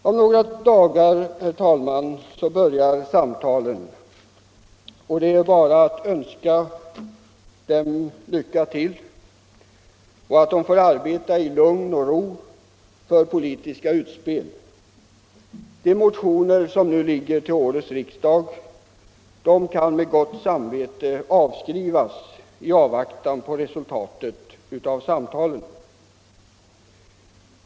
Om några dagar börjar samtalen, och det är bara att önska deltagarna lycka till och att de får arbeta i lugn och ro för politiska utspel. De motioner som finns till årets riksdag kan man med gott samvete avskriva i avvaktan på resultatet av samtalen.